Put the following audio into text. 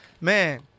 man